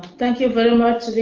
thank you very much,